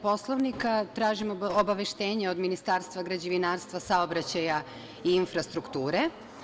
Poslovnika, tražim obaveštenje od Ministarstva građevinarstva, saobraćaja i infrastrukture.